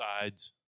sides